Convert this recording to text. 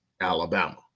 Alabama